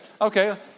Okay